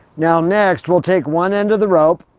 now, next we'll take one end of the rope.